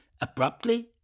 abruptly